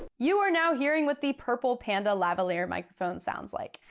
you are now hearing what the purple panda lavalier microphone sounds like.